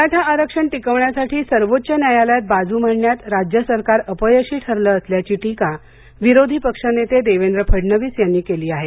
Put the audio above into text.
मराठा आरक्षण टिकवण्यासाठी सर्वोच्च न्यायालयात बाजू मांडण्यात राज्य सरकार अपयशी ठरलं असल्याची टीका विरोधी पक्षनेते देवेंद्र फडणवीस यांनी केली आहे